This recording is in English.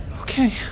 Okay